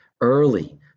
early